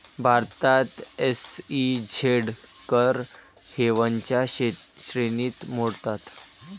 भारतात एस.ई.झेड कर हेवनच्या श्रेणीत मोडतात